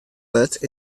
wurdt